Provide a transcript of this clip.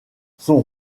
son